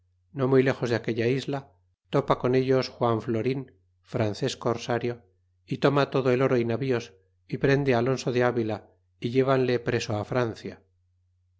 no muy lejos de aquella isla topa con ellos juan florin frances cm sario y toma todo el oro y navíos y prende al alonso de avila y ilevanle preso á francia